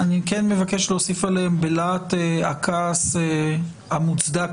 ואני מבקש להוסיף עליהן בלהט הכעס המוצדק,